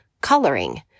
coloring